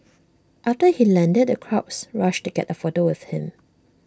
after he landed the crowds rushed to get A photo with him